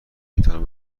میتوانم